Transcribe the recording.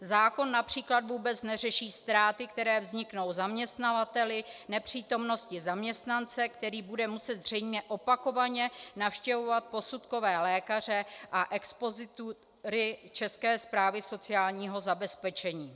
Zákon například vůbec neřeší ztráty, které vzniknou zaměstnavateli nepřítomností zaměstnance, který bude muset zřejmě opakovaně navštěvovat posudkové lékaře a expozitury České správy sociálního zabezpečení.